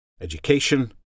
Education